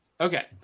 Okay